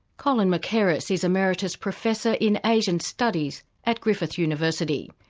colin mackerras is emeritus professor in asian studies at griffith university.